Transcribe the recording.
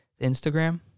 Instagram